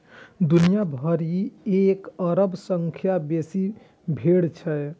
दुनिया भरि मे एक अरब सं बेसी भेड़ छै